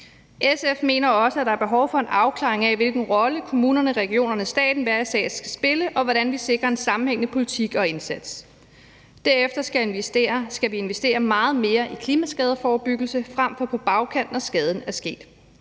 SF mener også, at der er behov for en afklaring af, hvilken rolle kommunerne, regionerne og staten hver især skal spille, og hvordan vi sikrer en sammenhængende politik og indsats. Derefter skal vi investere meget mere i klimaskadeforebyggelse frem for på bagkant, når skaden er sket.